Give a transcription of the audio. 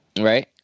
Right